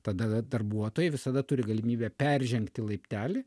tada darbuotojai visada turi galimybę peržengti laiptelį